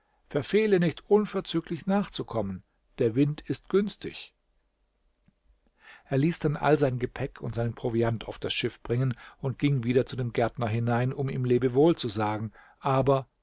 verfehle nicht unverzüglich nachzukommen der wind ist günstig er ließ dann all sein gepäck und seinen proviant auf das schiff bringen und ging wieder zu dem gärtner hinein um ihm lebewohl zu sagen aber